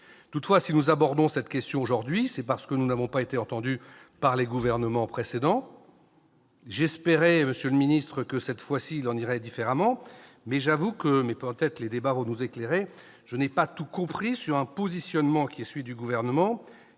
Toutefois, si nous l'abordons aujourd'hui, c'est parce que nous n'avons pas été entendus par les gouvernements précédents. J'espérais, monsieur le secrétaire d'État, que, cette fois-ci, il en irait différemment. Je l'avoue, mais peut-être les débats vont-ils nous éclairer, je n'ai pas tout compris du positionnement du Gouvernement,